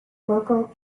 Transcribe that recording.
local